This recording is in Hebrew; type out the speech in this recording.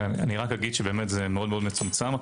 זה מאוד מצומצם.